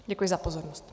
Děkuji za pozornost.